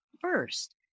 first